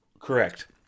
Correct